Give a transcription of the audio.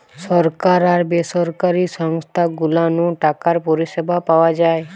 সরকার আর বেসরকারি সংস্থা গুলা নু টাকার পরিষেবা পাওয়া যায়